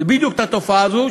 זה בדיוק התופעה הזאת,